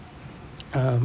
um